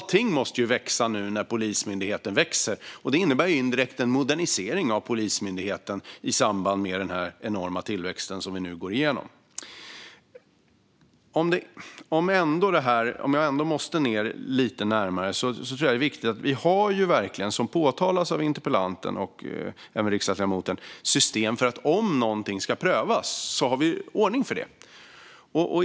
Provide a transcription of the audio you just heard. Allting måste växa nu när Polismyndigheten växer. Det innebär indirekt en modernisering av Polismyndigheten samtidigt som den växer till enormt. Låt mig ändå gå lite närmare det ärende som interpellanten tar upp. Om något ska prövas har vi ju, vilket både interpellanten och ledamoten tar upp, en ordning för det.